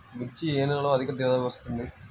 మిర్చి ఏ నెలలో అధిక ధర వస్తుంది?